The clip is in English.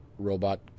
robot